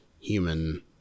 human